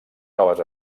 noves